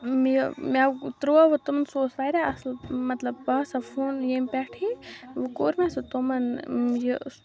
یِم مےٚ تروو وۄنۍ تمن سُہ اوس واریاہ اصل مَطلَب باسان فونہٕ ییٚمہِ پیٹھٕے کوٚر مےٚ سُہ تِمَن یہِ